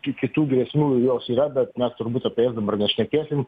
kiek kitų grėsmių jos yra bet na turbūt apie jas dabar nešnekėsim